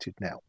now